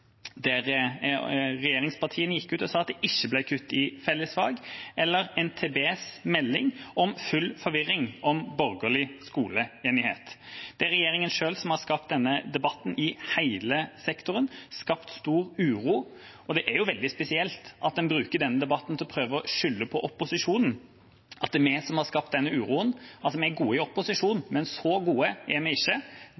der regjeringspartiene gikk ut og sa at det ikke ble kutt i fellesfag, eller NTBs melding om «Full forvirring om borgerlig skoleenighet». Det er regjeringa selv som har skapt denne debatten i hele sektoren, skapt stor uro, og det er veldig spesielt at en bruker denne debatten til å prøve å skylde på opposisjonen, at det er vi som har skapt denne uroen. Vi er gode i opposisjon,